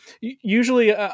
usually